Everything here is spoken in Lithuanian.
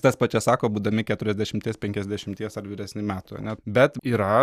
tas pačias sako būdami keturiasdešimties penkiasdešimties ar vyresnių metų ane bet yra